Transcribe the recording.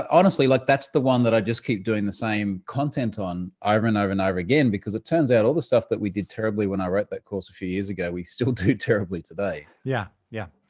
honestly, like that's the one that i just keep doing the same content on over and over and over again. because it turns out all the stuff that we did terribly when i wrote that course a few years ago, we still do terribly today. yeah, yeah.